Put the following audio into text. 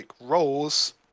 roles